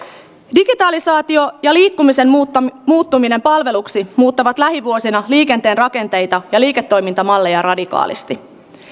digitaalisaatio ja liikkumisen muuttuminen palveluksi muuttavat lähivuosina liikenteen rakenteita ja liiketoimintamalleja radikaalisti